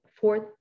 fourth